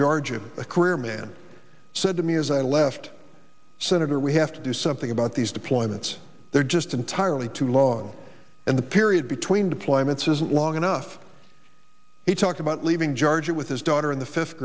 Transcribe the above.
georgia a career man said to me as i left senator we have to do something about these deployments they're just entirely too long and the period between deployments isn't long enough he talked about leaving george with his daughter in the fifth